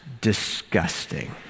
disgusting